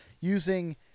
using